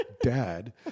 Dad